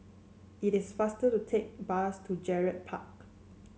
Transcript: it is faster to take bus to Gerald Park